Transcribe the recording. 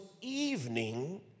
evening